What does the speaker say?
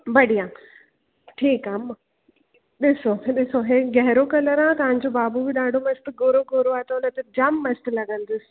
बढ़िया ठीकु आहे अमा ॾिसो ॾिसो हे गहरो कलर आहे तव्हांजो बाबु बि ॾाढो मस्तु गोरो गोरो आहे त हुन जे जामु मस्तु लॻंदुसि